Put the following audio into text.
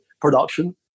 production